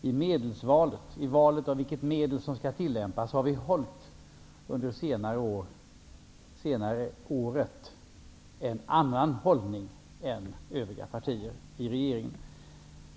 I valet av vilka medel som skall tillämpas har vi under det senaste året haft en annan hållning än övriga partier i regeringen.